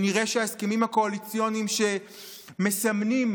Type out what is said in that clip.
ונראה שההסכמים הקואליציוניים, שמסמנים